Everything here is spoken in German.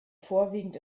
vorwiegend